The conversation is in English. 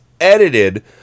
edited